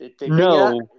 No